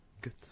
Good